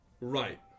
Right